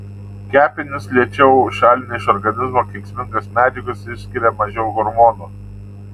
kepenys lėčiau šalina iš organizmo kenksmingas medžiagas išskiria mažiau hormonų